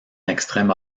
extrême